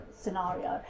scenario